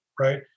right